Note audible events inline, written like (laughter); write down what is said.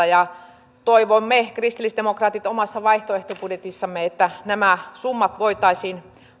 (unintelligible) ja toivomme kristillisdemokraatit omassa vaihtoehtobudjetissamme että nämä summat voitaisiin